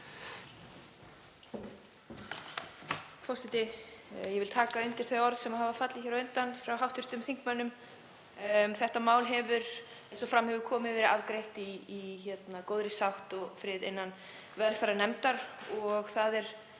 forseti. Ég vil taka undir þau orð sem hafa fallið hér á undan hjá hv. þingmönnum. Þetta mál hefur, eins og fram hefur komið, verið afgreitt í góðri sátt og friði innan hv. velferðarnefndar og það er